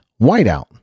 whiteout